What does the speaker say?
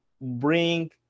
bring